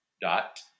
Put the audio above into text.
dot